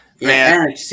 Man